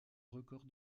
record